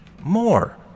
more